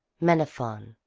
menaphon,